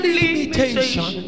limitation